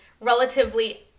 relatively